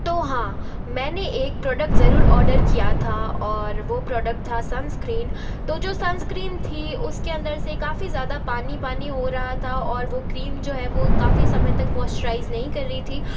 तो हाँ मैंने एक प्रोडक्ट ज़रूर ओडर किया था और वो प्रोडक्ट था संसक्रीन तो जो संसक्रीन था उसके अंदर से काफ़ी ज़्यादा पानी पानी हो रहा था और वो क्रीम जो है काफ़ी समय तक मोश्चराइज़ नहीं कर रही थी